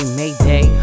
mayday